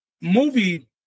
movie